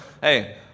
hey